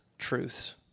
truths